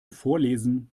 vorlesen